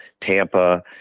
Tampa